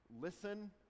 listen